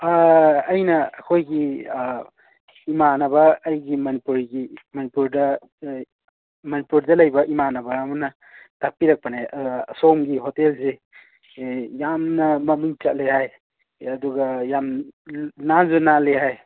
ꯑꯩꯅ ꯑꯩꯈꯣꯏꯒꯤ ꯏꯃꯥꯟꯅꯕ ꯑꯩꯒꯤ ꯃꯅꯤꯄꯨꯔꯒꯤ ꯃꯅꯤꯄꯨꯔꯗ ꯃꯅꯤꯄꯨꯔꯗ ꯂꯩꯕ ꯏꯃꯥꯟꯅꯕ ꯑꯃꯅ ꯇꯥꯛꯄꯤꯔꯛꯄꯅꯦ ꯁꯣꯝꯒꯤ ꯍꯣꯇꯦꯜꯁꯤ ꯌꯥꯝꯅ ꯃꯃꯤꯡ ꯆꯠꯂꯤ ꯍꯥꯏ ꯑꯗꯨꯒ ꯌꯥꯝ ꯅꯥꯟꯁꯨ ꯅꯥꯜꯂꯤ ꯍꯥꯏ